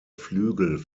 flügel